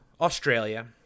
Australia